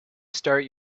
start